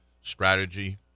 strategy